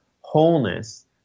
wholeness